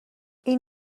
این